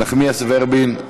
נחמיאס ורבין,